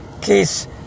case